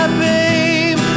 babe